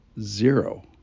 zero